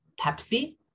PEPSI